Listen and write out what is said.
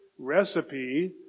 recipe